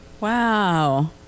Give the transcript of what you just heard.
Wow